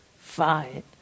fine